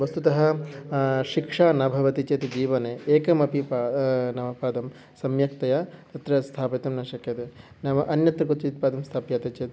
वस्तुतः शिक्षा न भवति चेत् जीवने एकमपि प् नाम पदं सम्यक्तया अत्र स्थापितं न शक्यते नाम अन्यत्र क्वचित् पदं स्थाप्यते चेत्